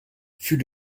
fut